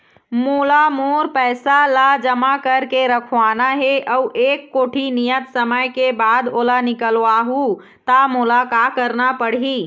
मोला मोर पैसा ला जमा करके रखवाना हे अऊ एक कोठी नियत समय के बाद ओला निकलवा हु ता मोला का करना पड़ही?